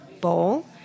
Bowl